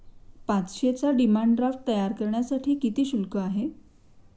पाचशेचा demand draft तयार करण्यासाठी किती शुल्क आहे?